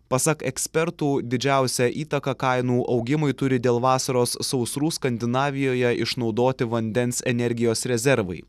pasak ekspertų didžiausią įtaką kainų augimui turi dėl vasaros sausrų skandinavijoje išnaudoti vandens energijos rezervai